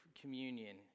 communion